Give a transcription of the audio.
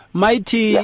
mighty